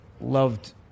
loved